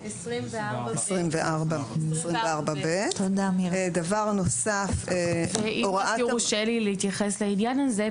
24ב. אם יורשה לי להתייחס לעניין הזה,